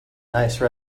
nice